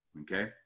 okay